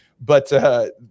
but-